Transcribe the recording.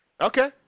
Okay